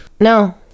No